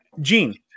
Gene